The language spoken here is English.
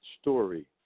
story